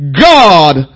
God